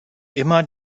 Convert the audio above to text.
immer